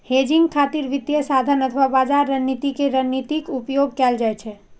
hedging खातिर वित्तीय साधन अथवा बाजार रणनीति के रणनीतिक उपयोग कैल जाइ छै